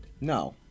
No